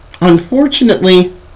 unfortunately